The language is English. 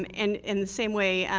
and in the same way, and